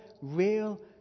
real